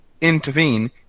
intervene